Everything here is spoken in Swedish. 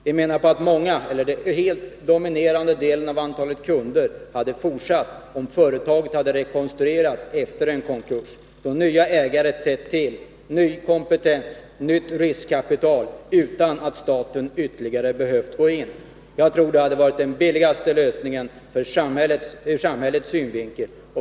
Vi menar att den helt dominerande delen av kunderna hade fortsatt att köpa av företaget, om detta hade rekonstruerats efter en konkurs, då nya ägare trätt till, ny kompetens och nytt riskkapital tillförts utan att staten ytterligare hade behövt gå in. Jag tror det hade varit den billigaste lösningen ur samhällets synvinkel.